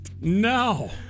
No